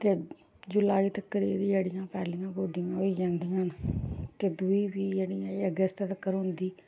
ते जुलाई तकर जेह्ड़ियां पैह्लियां गोड्डियां होई जंदियां न ते दुई फ्ही जेह्ड़ी अगस्त तगर होंदी